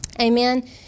Amen